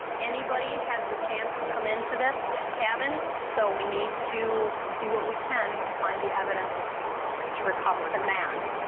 anybody has the chance to come into this yeah cabin, so we need to do what we can to find the evidence to recover the mask.